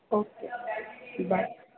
okay bye